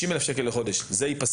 50 אלף שקל לחודש תיפסק,